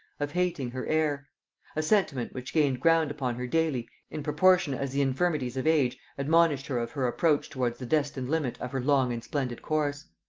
of hating her heir a sentiment which gained ground upon her daily in proportion as the infirmities of age admonished her of her approach towards the destined limit of her long and splendid course.